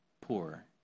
poor